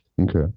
Okay